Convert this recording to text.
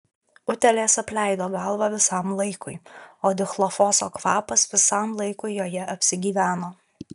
utėlės apleido galvą visam laikui o dichlofoso kvapas visam laikui joje apsigyveno